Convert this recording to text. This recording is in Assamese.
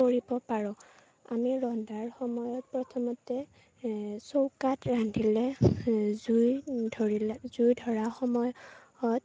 পৰিব পাৰোঁ আমি ৰন্ধাৰ সময়ত প্ৰথমতে চৌকাত ৰান্ধিলে জুই ধৰিলে জুই ধৰা সময়ত